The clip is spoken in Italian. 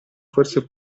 forse